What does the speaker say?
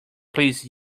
please